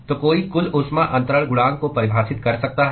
तो कोई कुल ऊष्मा अंतरण गुणांक को परिभाषित कर सकता है